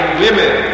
women